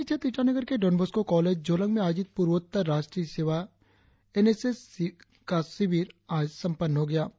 राजधानी क्षेत्र ईटानगर के डॉन बोस्को कॉलेज जोलांग में आयोजित पूर्वोत्तर राष्ट्रीय सेवा योजना एन एस एस का शिविर आज संपन्न हो गया